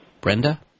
brenda